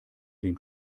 den